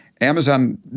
Amazon